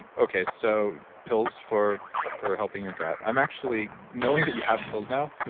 okay, so pills for for helping your gut. i'm actually knowing that you have pills now.